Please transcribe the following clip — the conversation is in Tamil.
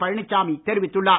பழனிச்சாமி தெரிவித்துள்ளார்